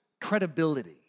credibility